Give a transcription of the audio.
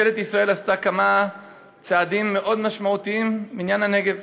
ממשלת ישראל עשתה כמה צעדים מאוד משמעותיים בעניין הנגב.